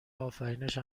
آفرینش